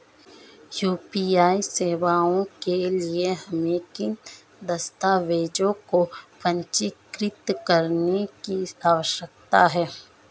UPI सेवाओं के लिए हमें किन दस्तावेज़ों को पंजीकृत करने की आवश्यकता है?